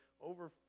Over